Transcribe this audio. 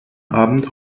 abend